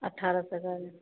अठारह सौ का